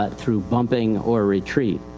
but through bumping or retrieve.